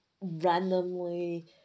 randomly